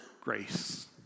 grace